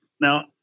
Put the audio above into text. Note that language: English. Now